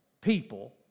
people